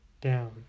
down